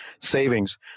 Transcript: savings